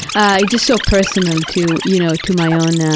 ah just so personal to, you know, to my own,